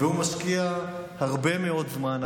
הוא משקיע הרבה מאוד זמן,